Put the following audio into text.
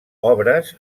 obres